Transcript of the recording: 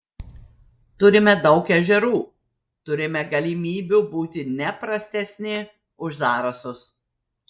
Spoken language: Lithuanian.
turime daug ežerų turime galimybių būti ne prastesni už zarasus